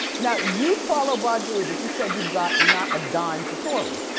now, you'd follow badu, but you said you've got not a dime for tori.